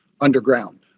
underground